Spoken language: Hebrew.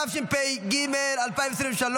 התשפ"ג 2023,